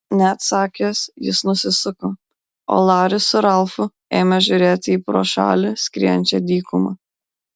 neatsakęs jis nusisuko o laris su ralfu ėmė žiūrėti į pro šalį skriejančią dykumą